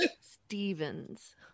Stevens